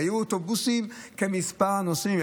היו אוטובוסים כמספר הנוסעים,